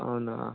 అవునా